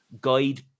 guide